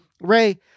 Ray